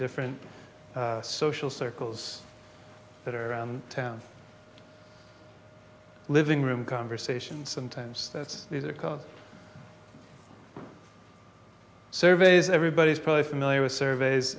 different social circles that are around town living room conversation sometimes that's because surveys everybody's probably familiar with surveys